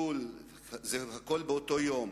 זה הכול באותו יום,